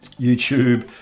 YouTube